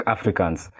Africans